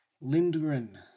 Lindgren